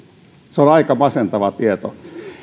se on aika masentava tieto